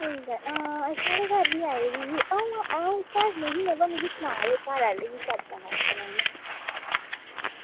आं ठीक ऐ साढ़े घर बी आई दी ही आं अंऊ घर निं ही पर मिगी आक्खे दा हा की सना दे हे की सत्संग आक्खे दा हा